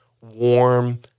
warm